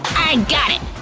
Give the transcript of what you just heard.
got it!